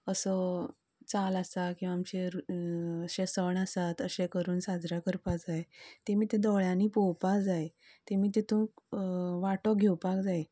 असो चाल आसा किंवां आमचे अशें सण आसात अशें करून साजरा करपाक जाय तेमी तें दोळ्यांनी पळोवपा जाय तेमी तेतूंत वांटो घेवपाक जाय